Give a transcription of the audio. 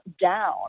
down